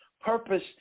purpose